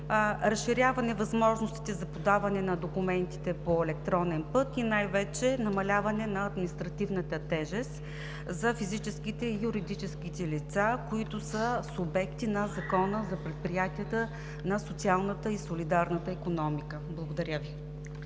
разширяване възможностите за подаване на документите по електронен път и най-вече намаляване на административната тежест за физическите и юридическите лица, които са субекти на Закона за предприятията на социалната и солидарна икономика. Благодаря Ви.